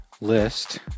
list